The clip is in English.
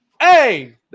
Hey